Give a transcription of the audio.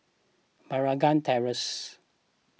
Meragi Terrace